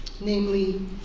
namely